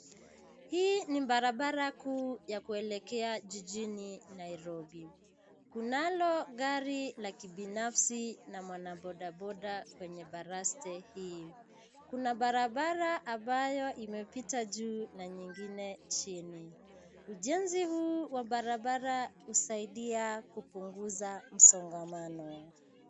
Hii ni barabara kuu ya kuelekea jijini Nairobi. Kunalo gari la kibinafsi na mwanabodaboda kwenye baraste hii. Kuna barabara ambayo imepita juu na nyingine chini. Ujenzi huu wa barabara husaidia kupunguza msongamano.